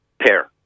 pair